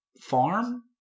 farm